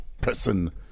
person